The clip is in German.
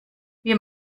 wir